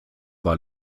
war